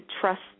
trust